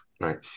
right